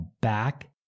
back